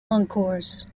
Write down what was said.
encores